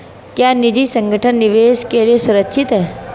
क्या निजी संगठन निवेश के लिए सुरक्षित हैं?